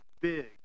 big